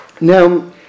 Now